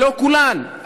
לא כולן,